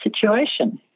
situation